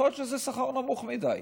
יכול להיות שזה שכר נמוך מדי.